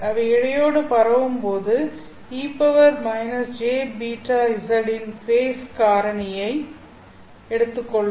அவை இழையோடு பரவும்போது e-jβz இன் ஃபேஸ் காரணியை எடுத்துக்கொள்ளும்